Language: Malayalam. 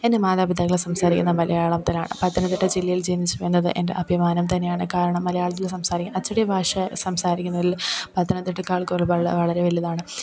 എന്റെ മാതാപിതാക്കൾ സംസാരിക്കുന്നത് മലയാളത്തിലാണ് പത്തനംതിട്ട ജില്ലയിൽ ജനിച്ചു എന്നത് എന്റെ അഭിമാനം തന്നെയാണ് കാരണം മലയാളത്തിൽ സംസാരിക്കാൻ അച്ചടി ഭാഷ സംസാരിക്കുന്നതിൽ പത്തനംതിട്ടക്കാർക്കൊരു വളരെ വളരെ വലുതാണ്